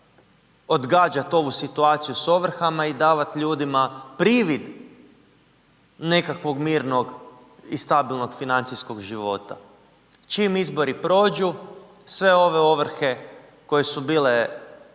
odgađat ovu situaciju s ovrhama i davat ljudima privid nekakvog mirnog i stabilnog financijskog života. Čim izbori prođu, sve ove ovrhe koje su bile